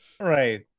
Right